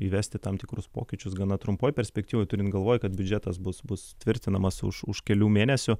įvesti tam tikrus pokyčius gana trumpoj perspektyvoj turint galvoj kad biudžetas bus bus tvirtinamas už už kelių mėnesių